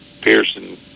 Pearson